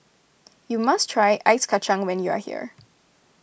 you must try Ice Kacang when you are here